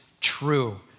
true